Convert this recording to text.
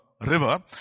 river